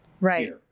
Right